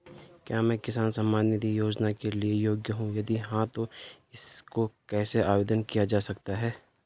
क्या मैं किसान सम्मान निधि योजना के लिए योग्य हूँ यदि हाँ तो इसको कैसे आवेदन किया जा सकता है?